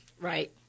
Right